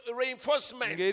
reinforcement